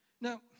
Now